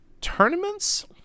tournaments